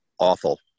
Awful